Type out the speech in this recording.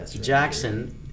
Jackson